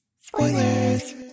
Spoilers